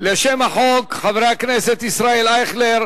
חברי הכנסת ישראל אייכלר,